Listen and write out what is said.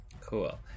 cool